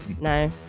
no